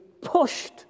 pushed